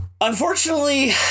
unfortunately